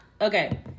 Okay